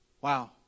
wow